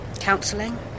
Counseling